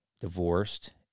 divorced